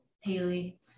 Haley